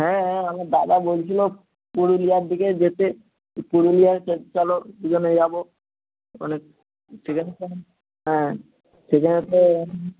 হ্যাঁ হ্যাঁ আমার দাদা বলছিলো পুরী দীঘার দিকে যেতে পুরুলিয়া চলো দুজনে যাব অনেক হ্যাঁ সেখানে তো